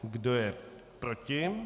Kdo je proti?